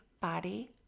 body